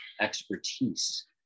expertise